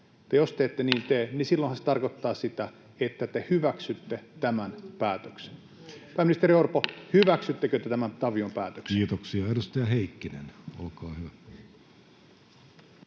niin silloinhan se tarkoittaa sitä, että te hyväksytte tämän päätöksen. Pääministeri Orpo, hyväksyttekö te tämän Tavion päätöksen? Kiitoksia. — Edustaja Heikkinen, olkaa hyvä.